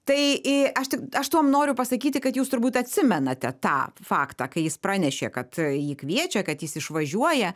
tai i aš tik aš tuom noriu pasakyti kad jūs turbūt atsimenate tą faktą kai jis pranešė kad jį kviečia kad jis išvažiuoja